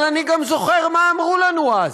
אבל אני גם זוכר מה אמרו לנו אז,